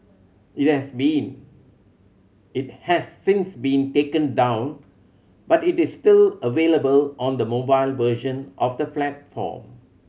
it has been it has since been taken down but it is still available on the mobile version of the platform